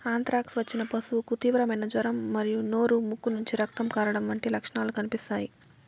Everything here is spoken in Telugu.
ఆంత్రాక్స్ వచ్చిన పశువుకు తీవ్రమైన జ్వరం మరియు నోరు, ముక్కు నుంచి రక్తం కారడం వంటి లక్షణాలు కనిపిస్తాయి